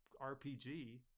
RPG